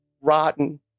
rotten